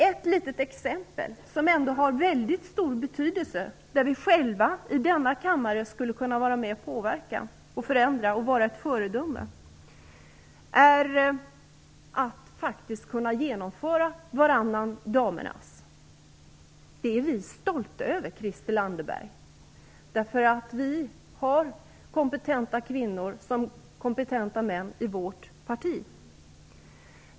Ett litet exempel som ändå har mycket stor betydelse, där vi själva i denna kammare skulle kunna vara med och påverka, förändra och vara föredömen, är möjligheten att faktiskt genomföra varannan damernas. Vi är stolta, Christel Anderberg, därför att vi har såväl kompetenta kvinnor som kompetenta män i vårt parti.